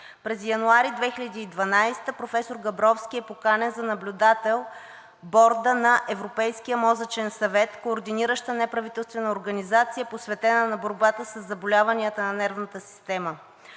През януари 2012 г. професор Габровски е поканен за наблюдател в Борда на Европейския мозъчен съвет – координираща неправителствена организация, посветена на борбата със заболяванията на нервната система.